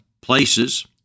places